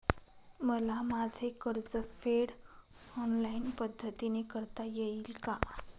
मला माझे कर्जफेड ऑनलाइन पद्धतीने करता येईल का?